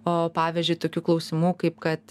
o pavyzdžiui tokių klausimų kaip kad